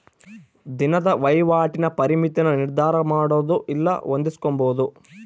ದಿನದ ವಹಿವಾಟಿನ ಪರಿಮಿತಿನ ನಿರ್ಧರಮಾಡೊದು ಇಲ್ಲ ಹೊಂದಿಸ್ಕೊಂಬದು